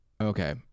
Okay